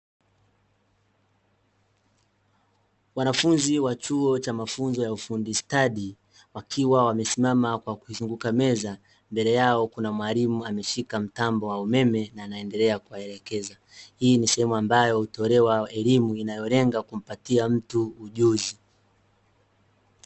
Wanafunzi wa chuo cha mafunzo ya ufundi stadi wakiwa wamesimama kwa kuizunguka meza, mbele yao kuna mwalimu ameshika mtambo wa umeme na anendelea kuwaelekeza. Hii ni sehemu ambayo hutolewa elimu inayolenga kumpatia mtu ujuzi.